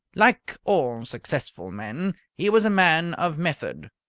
like all successful men, he was a man of method.